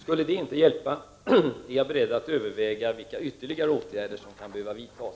Skulle detta inte hjälpa är jag beredd att överväga vilka ytterligare åtgärder som kan behöva vidtas.